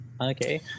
Okay